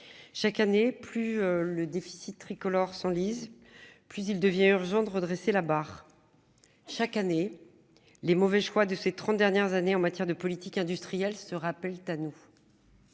Chaque année plus le déficit tricolore s'enlise plus il devient urgent de redresser la barre. Chaque année. Les mauvais choix de ces 30 dernières années en matière de politique industrielle se Thanou.